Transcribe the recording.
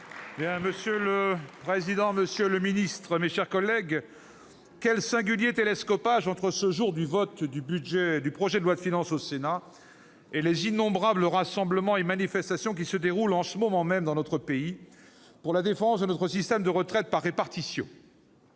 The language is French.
Monsieur le président, monsieur le secrétaire d'État, mes chers collègues, quel singulier télescopage entre ce jour de vote du projet de loi de finances au Sénat et les innombrables rassemblements et manifestations qui se déroulent, en ce moment même, dans notre pays pour la défense de notre système de retraites par répartition